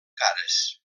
cares